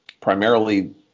primarily